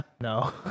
No